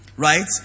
right